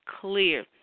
clear